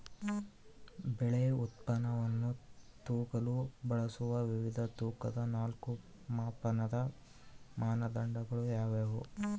ಬೆಳೆ ಉತ್ಪನ್ನವನ್ನು ತೂಗಲು ಬಳಸುವ ವಿವಿಧ ತೂಕದ ನಾಲ್ಕು ಮಾಪನದ ಮಾನದಂಡಗಳು ಯಾವುವು?